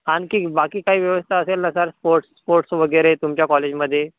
आणखी बाकी काय व्यवस्था असेल ना सर स्पोर्ट्स स्पोर्ट्स वगैरे तुमच्या कॉलेजमध्ये